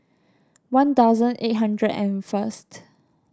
one thousand eight hundred and first